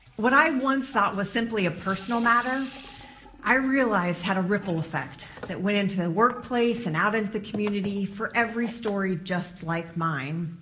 what i once thought was simply a personal matter i realized had a ripple effect that went into the workplace and out into the community for every story just like mine.